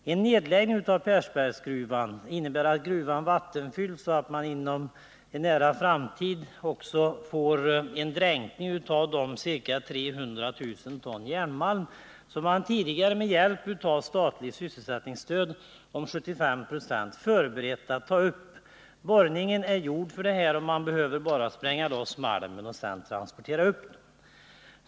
En nedläggning av Persbergsgruvan innebär att gruvan vattenfylls och att inom en nära framtid de ca 300 000 ton järnmalm dränks som man tidigare med hjälp av statligt sysselsättningsstöd på 75 20 förberett att ta upp. Borrningen är gjord — man behöver bara spränga loss malmen och transportera upp den.